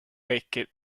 baked